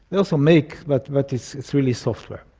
they also make, but but it's it's really software.